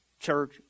church